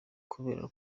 kubera